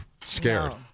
scared